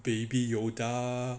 baby yoda